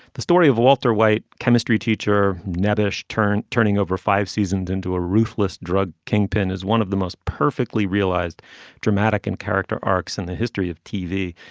the story of walter white chemistry teacher nebbish turn turning over five seasons into a ruthless drug kingpin is one of the most perfectly realized dramatic and character arcs in the history of tv.